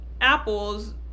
apples